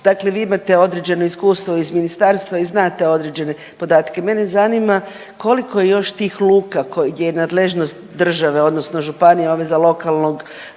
dakle vi imate određeno iskustvo iz ministarstva i znate određene podatke, mene zanima koliko je još tih luka koje je nadležnost države odnosno županije ove za lokalnog